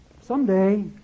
someday